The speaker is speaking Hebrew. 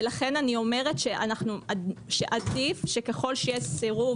ולכן אני אומרת שעדיף שככל שיש סירוב